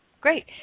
Great